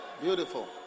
Beautiful